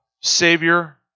Savior